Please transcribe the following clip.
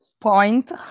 point